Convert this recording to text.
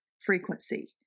Frequency